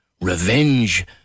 Revenge